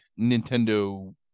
Nintendo